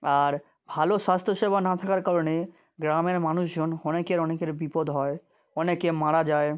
আর ভালো স্বাস্থ্য সেবা না থাকার কারণে গ্রামের মানুষজন অনেকের অনেকের বিপদ হয় অনেকে মারা যায়